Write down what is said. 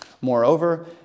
Moreover